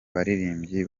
baririmbyi